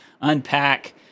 unpack